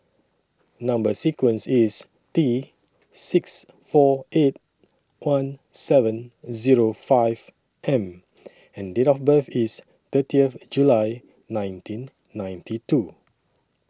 Number sequence IS T six four eight one seven Zero five M and Date of birth IS thirtieth July nineteen ninety two